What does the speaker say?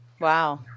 Wow